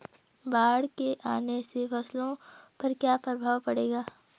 बाढ़ के आने से फसलों पर क्या प्रभाव पड़ेगा?